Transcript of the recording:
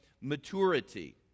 maturity